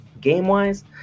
Game-wise